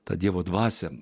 tą dievo dvasią